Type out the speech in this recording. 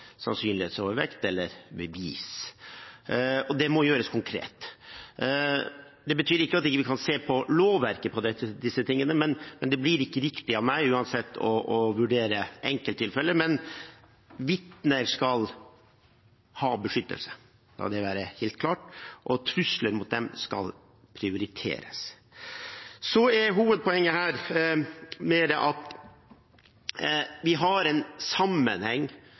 sannsynlighetsovervekt eller bevis, og det må gjøres konkret. Det betyr ikke at vi ikke kan se på lovverket når det gjelder disse tingene, men det blir ikke riktig av meg uansett å vurdere enkelttilfeller. Men vitner skal ha beskyttelse, la det være helt klart, og trusler mot dem skal prioriteres. Så er hovedpoenget her mer at vi har en sammenheng